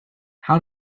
how